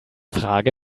frage